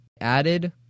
added